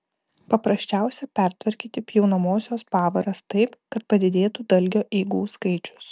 paprasčiausia pertvarkyti pjaunamosios pavaras taip kad padidėtų dalgio eigų skaičius